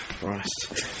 Christ